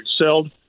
excelled